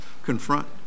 confront